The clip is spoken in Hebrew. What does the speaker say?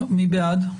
מי בעד?